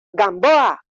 gamboa